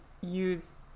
use